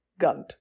gunt